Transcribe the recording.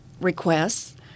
requests